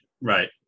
Right